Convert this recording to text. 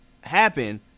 happen